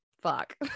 fuck